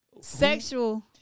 sexual